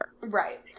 right